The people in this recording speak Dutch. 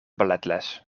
balletles